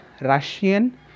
Russian